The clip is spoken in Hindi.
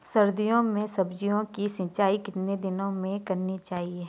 सर्दियों में सब्जियों की सिंचाई कितने दिनों में करनी चाहिए?